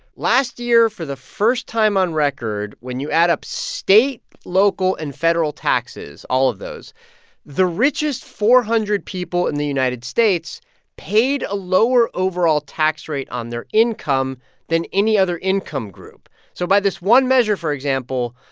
last year, for the first time on record, when you add up state, local and federal taxes all of those the richest four hundred people in the united states paid a lower overall tax rate on their income than any other income group. so by this one measure, for example,